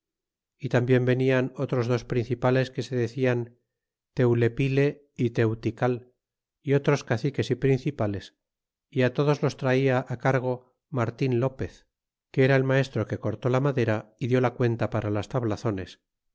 y tambien venian otros dos principales que se decian teulepile y teutical y otros caciques y principales y todos los traia cargo martin lopez que era el maestro que cortó la madera y dió la cuenta para las tablazones